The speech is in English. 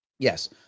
Yes